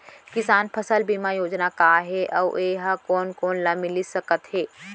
किसान फसल बीमा योजना का हे अऊ ए हा कोन कोन ला मिलिस सकत हे?